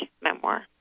memoir